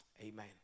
amen